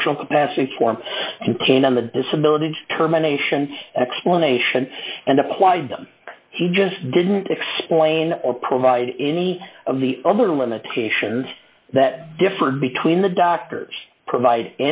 functional capacity form intent on the disability determination explanation and applied them he just didn't explain or provide any of the other limitations that different between the doctors provide